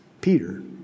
Peter